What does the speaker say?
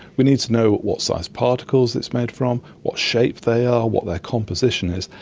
we need to know what size particles it's made from, what shape they are, what their composition is,